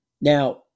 now